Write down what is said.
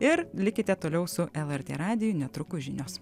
ir likite toliau su lrt radiju netrukus žinios